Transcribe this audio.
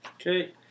Okay